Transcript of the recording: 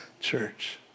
church